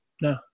No